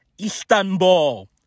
Istanbul